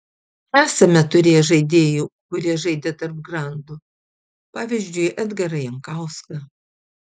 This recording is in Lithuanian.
esame turėję žaidėjų kurie žaidė tarp grandų pavyzdžiui edgarą jankauską